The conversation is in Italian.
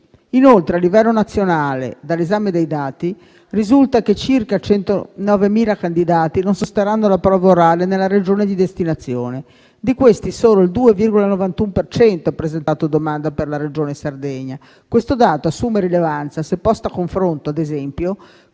Inoltre, a livello nazionale, dall'esame dei dati risulta che circa 109.000 candidati non sosterranno la prova orale nella Regione di destinazione. Di questi, solo il 2,91 per cento ha presentato domanda per la Regione Sardegna. Questo dato assume rilevanza se posto a confronto, ad esempio,